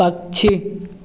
पक्षी